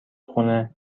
خونه